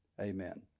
Amen